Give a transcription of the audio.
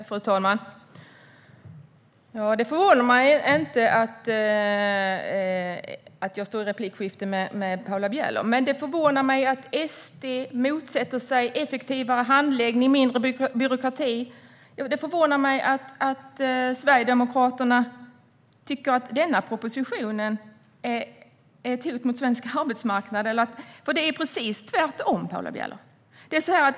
Fru talman! Det förvånar mig inte att jag står i ett replikskifte med Paula Bieler, men det förvånar mig att SD motsätter sig effektivare handläggning och mindre byråkrati. Det förvånar mig att Sverigedemokraterna tycker att denna proposition är ett hot mot svensk arbetsmarknad. Det är nämligen precis tvärtom, Paula Bieler.